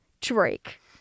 Drake